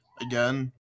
Again